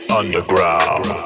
underground